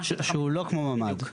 שהוא לא כמו ממ"ד.